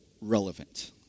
relevant